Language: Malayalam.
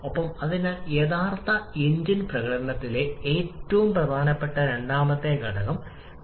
അതിനാൽ സ്റ്റോയിയോമെട്രിക് മിശ്രിതവുമായി പൊരുത്തപ്പെടുന്നതാണ് ഡിസോസിയേഷൻ